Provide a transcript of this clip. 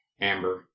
amber